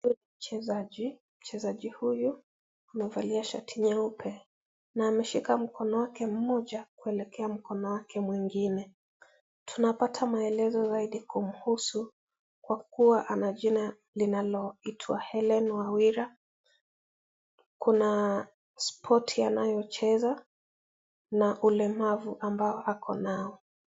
Ni mchezaji. Mchezaji huyu amevalia shati nyeupe na ameshika mkono wake mmoja kuelekea mkono wake mwengine. Tunapata maelezo zaidi kuhusu kwa kuwa ana jina linaloitwa Hellen Wawira. Kuna spoti anayocheza na ulemavu ambao ako nayo.